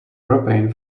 propane